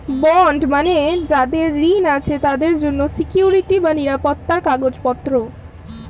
bond মানে যাদের ঋণ আছে তাদের জন্য সিকুইরিটি বা নিরাপত্তার কাগজপত্র